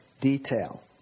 detail